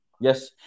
Yes